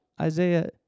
Isaiah